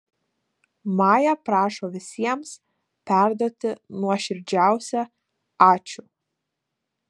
maja prašo visiems perduoti nuoširdžiausią ačiū